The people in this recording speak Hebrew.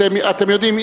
אתם יודעים,